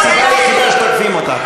הסיבה היחידה שתוקפים אותך.